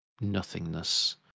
nothingness